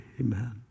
amen